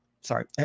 sorry